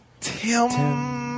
Tim